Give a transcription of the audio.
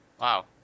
Wow